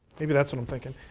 maybe that's what i'm thinking.